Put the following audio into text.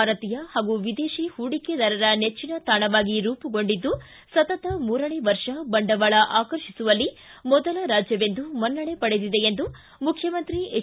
ಭಾರತೀಯ ಹಾಗೂ ವಿದೇಶಿ ಿ ಹೂಡಿಕೆದಾರರ ನೆಚ್ಚಿನ ತಾಣವಾಗಿ ರೂಪುಗೊಂಡಿದ್ದು ಸತತ ಮೂರನೇ ವರ್ಷ ಬಂಡವಾಳ ಆಕರ್ಷಿಸುವಲ್ಲಿ ಮೊದಲ ರಾಜ್ಞವೆಂದು ಮನ್ನಣೆ ಪಡೆದಿದೆ ಎಂದು ಮುಖ್ಯಮಂತ್ರಿ ಎಚ್